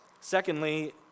Secondly